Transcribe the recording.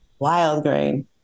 Wildgrain